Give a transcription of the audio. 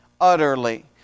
utterly